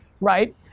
right